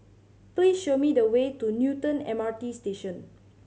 please show me the way to Newton M R T Station